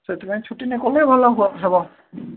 ସେଥିପାଇଁ ଛୁଟି ନ କଲେ ଭଲ ହୁଅ ହେବ